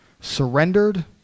surrendered